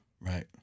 Right